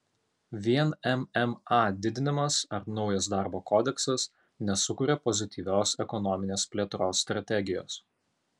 vien mma didinimas ar naujas darbo kodeksas nesukuria pozityvios ekonominės plėtros strategijos